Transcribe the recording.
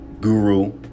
Guru